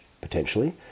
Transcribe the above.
potentially